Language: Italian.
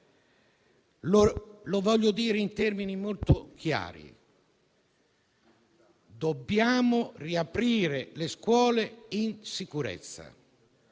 lo voglio dire in termini molto chiari: dobbiamo riaprire le scuole in sicurezza